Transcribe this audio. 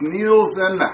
Nielsen